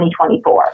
2024